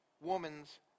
woman's